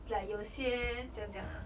like 有些怎样讲 ah